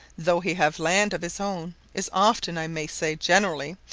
though he have land of his own, is often, i may say generally,